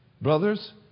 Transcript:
Brothers